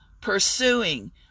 pursuing